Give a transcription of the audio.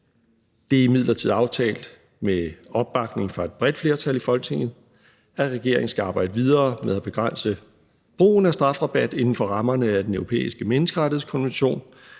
Det er imidlertid aftalt med opbakning fra et bredt flertal i Folketinget, at regeringen skal arbejde videre med at begrænse brugen af strafrabat inden for rammerne af Den Europæiske Menneskerettighedskonvention.